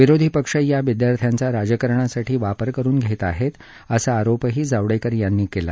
विरोधी पक्ष या विद्यार्थ्यांचा राजकारणासाठी वापर करून घेत आहेत असा आरोपही जावडेकर यांनी केला